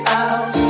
out